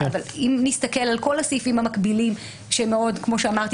אבל אם נסתכל על כל הסעיפים המקבילים שכמו שאמרתי